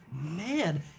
Man